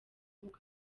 nk’uko